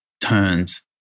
turns